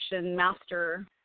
master